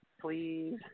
Please